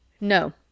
No